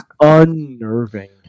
unnerving